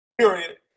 period